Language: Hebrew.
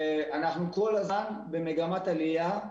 כל הזמן אנחנו במגמת עלייה.